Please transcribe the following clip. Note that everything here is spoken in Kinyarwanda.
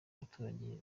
abaturage